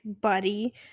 buddy